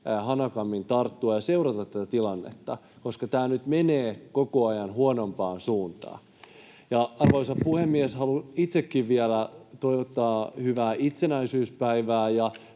hanakammin tarttua ja seurata tätä tilannetta, koska tämä nyt menee koko ajan huonompaan suuntaan. Arvoisa puhemies! Haluan itsekin vielä toivottaa hyvää itsenäisyyspäivää